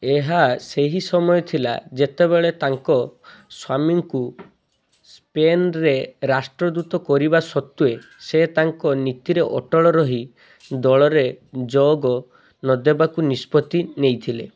ଏହା ସେହି ସମୟ ଥିଲା ଯେତେବେଳେ ତାଙ୍କ ସ୍ୱାମୀଙ୍କୁ ସ୍ପେନ୍ରେ ରାଷ୍ଟ୍ରଦୂତ କରିବା ସତ୍ତ୍ୱେ ସେ ତାଙ୍କ ନୀତିରେ ଅଟଳ ରହି ଦଳରେ ଯୋଗ ନଦେବାକୁ ନିଷ୍ପତ୍ତି ନେଇଥିଲେ